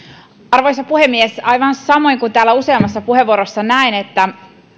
arvoisa puhemies aivan samoin kuin täällä useammassa puheenvuorossa näen että